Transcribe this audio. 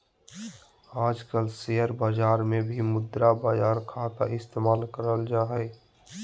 आजकल शेयर बाजार मे भी मुद्रा बाजार खाता इस्तेमाल करल जा हय